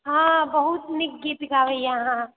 हँ बहुत नीक गीत गाबए अहाँ